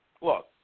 look